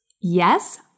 Yes